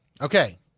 Okay